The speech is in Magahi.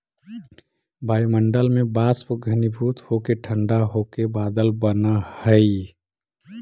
वायुमण्डल में वाष्प घनीभूत होके ठण्ढा होके बादल बनऽ हई